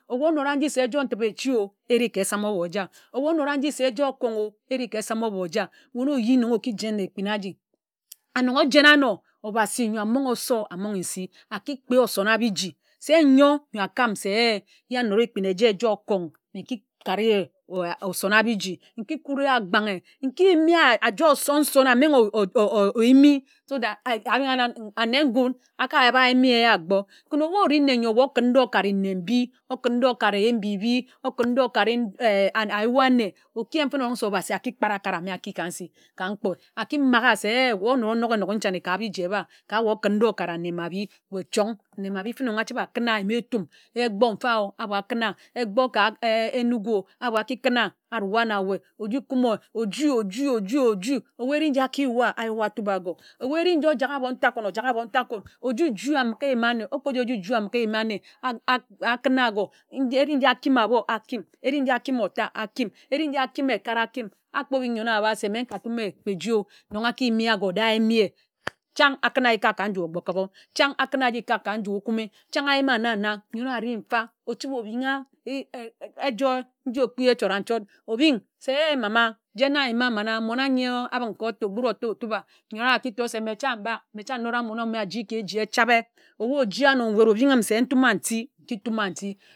Ówu onoda nji se ejoe ntip echi o ereh ka esám ōbo eja weh onoda nji se ejoe okún o ereh ka esam obo eja wun oyi nnon oki jen na ekpin aji and nnon ojena áno obhasi ńyo amonghe ōsor amonghe nsi aki kpe a oson-a-biji se ńyo n̄yo akám se ye anōda ekpin eje ejoe okún mme nki kare ye osona-biji nki kuri ye akpanghe nki yim ye ajoe son̄-son̄ amenghe oyimi so that abing a nan ane nkun akaba yim ye akpo ken ebu ori nne nyo okun ndo okare nne nyo mbi okun ndo okare ye mbi îbi okun ndo okare ayua ane oki yen fene erong se obhasi aki kpād akād ame aki ka ńsi ka mkpōe aki maghe se eh de weh onōk enók e nchane ka biji ebá ka weh okun ndō okare ane mba abhi weh chóng ane mba abhi fene anóng achibe akun wah a yima etum egbo mfa o abo akin̄ a egbo ka Enugu o ābo aki kin̄ a arua na weh oji kume oji oji oji ebu nnji aki yua ayua atup agō ebu ereh nji ojak abo nta kún ojak abo nta kún oji ju amighe eyima ane akin̄ a agō eri nji akima ābo akim nji eri nji akima ota akim eri nji akima ekād akim āgbo bing nyene ōwa aba se mme nka tum e kpe eji o nnon aki yim ye agō de ayimi ye chan̄ akuna ye akāk ka nju okpokobo chan akún aji kāk ka nju okume chan ayima na na nyen ōwa eri mfa ochibe obing a ejoe nji ofi echora-nchort abing se ei mama jen na nyima mana mmon anye abing ka ōtu okpūd ota otup a nyen owa aki tor se me chang mbak mme chang nnōda mmon eme aji ka eji nji echabe ebu oji ano nwed obing m se ntuma nti nki tuma nti.